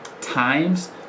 times